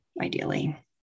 ideally